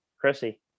Chrissy